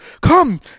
come